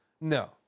No